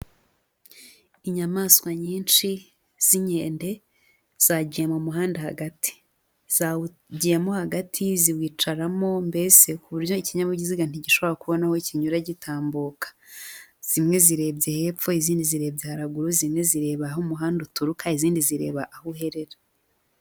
Inyamaswa nyinshi z'inkende, zagiye mu muhanda hagati. Zawugiyemo hagati ziwicaramo, mbese ku buryo ikinyabiziga ntigishobora kubona aho kinyura gitambuka, zimwe zirebye hepfo, izindi zirebye haraguru, zimwe zireba aho umuhanda uturuka, izindi zireba aho uherera.